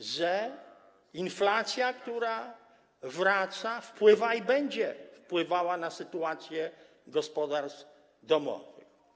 że inflacja, która wraca, wpływa i będzie wpływała na sytuację gospodarstw domowych.